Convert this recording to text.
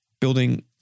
building